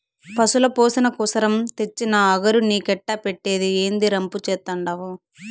పశుల పోసణ కోసరం తెచ్చిన అగరు నీకెట్టా పెట్టేది, ఏందీ రంపు చేత్తండావు